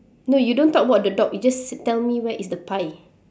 no you don't talk about the dog you just tell me where is the pie